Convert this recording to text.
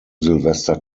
silvester